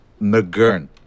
McGurn